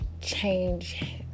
change